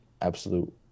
absolute